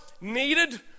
needed